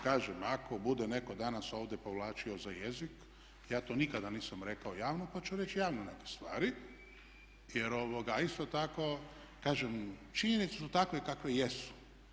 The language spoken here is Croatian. Kažem ako bude netko danas ovdje povlačio za jezik, ja to nikada nisam rekao javno, pa ću reći javno neke stvari, a isto tako kažem činjenicu su takve kakve jesu.